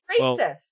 racist